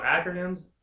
acronyms